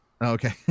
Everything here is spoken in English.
Okay